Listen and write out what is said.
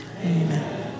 Amen